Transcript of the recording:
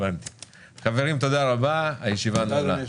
חברים, תודה רבה, הישיבה נעולה.